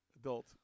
Adult